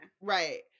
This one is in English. Right